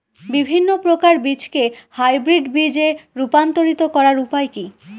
বিভিন্ন প্রকার বীজকে হাইব্রিড বীজ এ রূপান্তরিত করার উপায় কি?